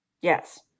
Yes